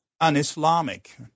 un-Islamic